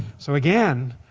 so, again,